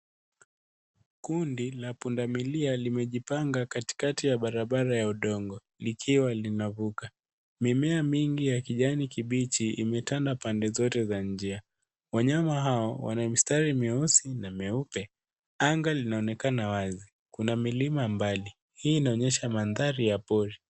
Kundi la pundamilia limejipanga katikati ya barabara ya udongo likiwa linavuka. Mimea mingi ya kijani kibichi imetanda pande zote za njia. Wanyama hao wana mistari meusi na meupe. Anga linaonekana wazi. Kuna milima mbali. Hii inaonyesha mandhari ya pori.